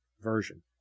version